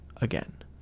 again